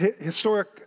historic